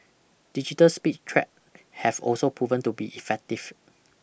digital speed trap have also proven to be effective